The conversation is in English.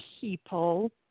people